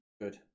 good